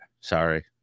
Sorry